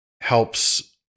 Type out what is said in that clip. helps